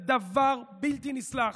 זה דבר בלתי נסלח.